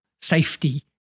safety